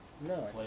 No